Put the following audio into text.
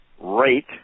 rate